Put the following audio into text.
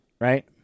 right